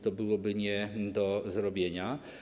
To byłoby nie do zrobienia.